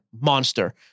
monster